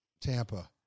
Tampa